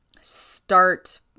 start